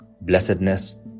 blessedness